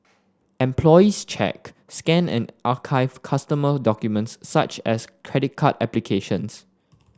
employees check scan and archive customer documents such as credit card applications